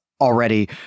already